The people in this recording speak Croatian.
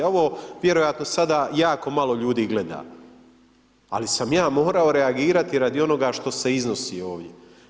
Ovo vjerojatno sada jako malo ljudi gleda, ali sam ja morao reagirati radi onoga što se iznosi ovdje.